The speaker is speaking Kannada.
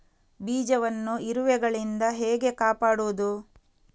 ಬೀಜವನ್ನು ಇರುವೆಗಳಿಂದ ಹೇಗೆ ಕಾಪಾಡುವುದು?